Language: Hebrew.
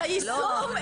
את היישום.